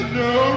no